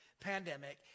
pandemic